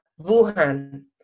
Wuhan